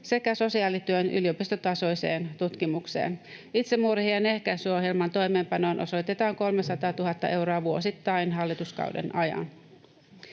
sekä sosiaalityön yliopistotasoiseen tutkimukseen. Itsemurhien ehkäisyohjelman toimeenpanoon osoitetaan 300 000 euroa vuosittain hallituskauden ajan.